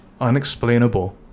unexplainable